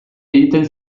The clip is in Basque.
egiten